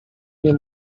nie